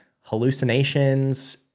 hallucinations